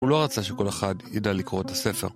הוא לא רצה שכל אחד ידע לקרוא את הספר.